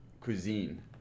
cuisine